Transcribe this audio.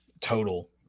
total